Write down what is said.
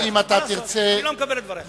אני לא מקבל את דבריך.